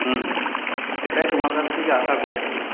হুম সেটাই তোমার কাছ থেকে আশা করছি